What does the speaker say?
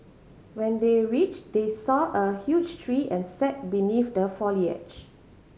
when they reached they saw a huge tree and sat beneath the foliage